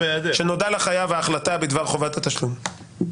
שנודע לחייב על ההחלטה בדבר חובת התשלום.